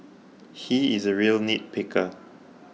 he is a real nitpicker